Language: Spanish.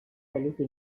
believe